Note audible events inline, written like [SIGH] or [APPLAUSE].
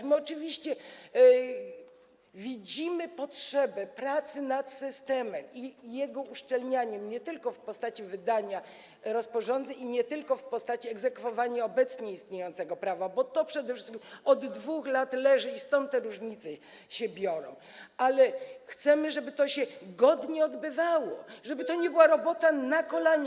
My oczywiście widzimy potrzebę pracy nad tym systemem i jego uszczelnianiem nie tylko w postaci wydania rozporządzeń i nie tylko w postaci egzekwowania obecnie istniejącego prawa, bo to przede wszystkim od 2 lat leży i stąd te różnice się biorą, ale chcemy, żeby to się godnie odbywało, [NOISE] żeby to nie była robota na kolanie.